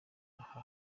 aha